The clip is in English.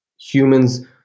humans